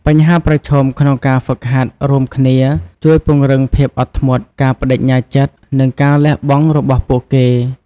បញ្ហាប្រឈមក្នុងការហ្វឹកហាត់រួមគ្នាជួយពង្រឹងភាពអត់ធ្មត់ ការប្តេជ្ញាចិត្ត និងការលះបង់របស់ពួកគេ។